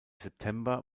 september